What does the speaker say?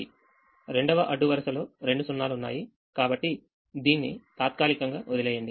రెండవఅడ్డు వరుసలో రెండు 0 లు ఉన్నాయి కాబట్టి దీన్ని తాత్కాలికంగా వదిలివేయండి